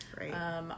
Right